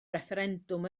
refferendwm